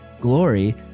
glory